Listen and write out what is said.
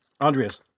Andreas